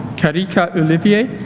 karike ah olivier